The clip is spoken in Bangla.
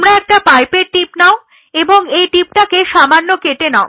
তোমরা একটা পাইপেট টিপ নাও এবং এই টিপটাকে সামান্য কেটে নাও